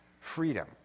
freedom